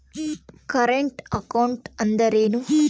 Current account ಅಂದರೇನು?